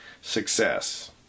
success